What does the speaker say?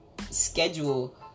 schedule